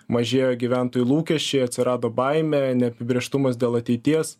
mažėjo gyventojų lūkesčiai atsirado baimė neapibrėžtumas dėl ateities